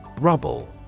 Rubble